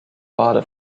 bade